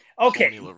Okay